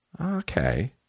Okay